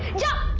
don't